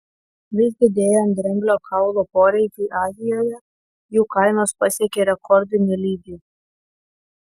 vis didėjant dramblio kaulo poreikiui azijoje jų kainos pasiekė rekordinį lygį